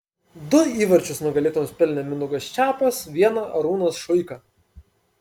du įvarčius nugalėtojams pelnė mindaugas čepas vieną arūnas šuika